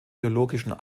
theologischen